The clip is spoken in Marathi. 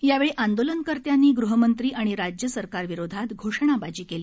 यावेळी आंदोलनकर्त्यांनी गृहमंत्री आणि राज्य सरकारविरोधात घोषणाबाजी केली